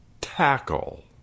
Tackle